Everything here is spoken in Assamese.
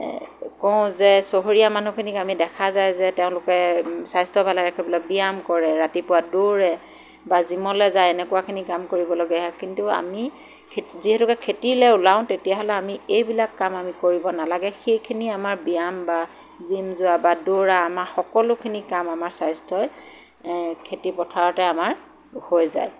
কওঁ যে চহৰীয়া মানুহখিনিক আমি দেখা যায় যে তেওঁলোকে স্বাস্থ্য ভালে ৰাখিবলৈ ব্যায়াম কৰে ৰাতিপুৱা দৌৰে বা জীমলৈ যায় এনেকুৱাখিনি কাম কৰিবলগীয়া হয় কিন্তু আমি যিহেতুকে খেতিলৈ ওলাও তেতিয়াহ'লে আমি এইবিলাক কাম আমি কৰিব নালগে সেইখিনি আমাৰ ব্যায়াম বা জীম যোৱা বা দৌৰা আমাৰ সকলোখিনি কাম আমাৰ স্বাস্থ্যই খেতিপথাৰতে আমাৰ হৈ যায়